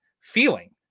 feeling